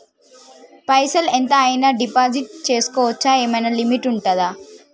పైసల్ ఎంత అయినా డిపాజిట్ చేస్కోవచ్చా? ఏమైనా లిమిట్ ఉంటదా?